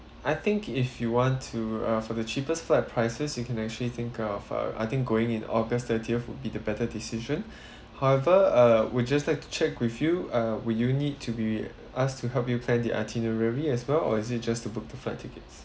I think if you want to uh for the cheapest flight prices you can actually think of uh I think going in august thirtieth would be the better decision however uh would just like to check with you uh would you need to be us to help you plan the itinerary as well or is it just to book the flight tickets